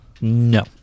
No